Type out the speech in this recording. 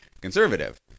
conservative